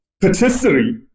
patisserie